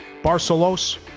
Barcelos